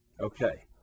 Okay